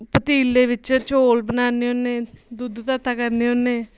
पतीले बिच्च चौल बनान्ने होन्ने दुद्ध तत्ता करने होन्ने